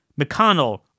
McConnell